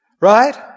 Right